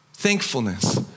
thankfulness